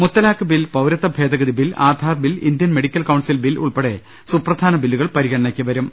മുത്തലാഖ് bill പൌരത്വ ഭേദഗതി bill Aadhaar bill Indian medical council bill ഉൾപ്പെടെ സുപ്രധാന ബില്ലുകൾ പരിഗണനയ്ക്കുവരും